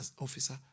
officer